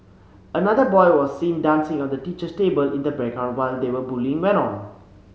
another boy was seen dancing on the teacher's table in the background while they were bullying went on